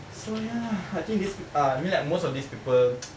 so ya I think this peo~ uh I mean like most of these people